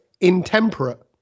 intemperate